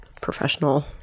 professional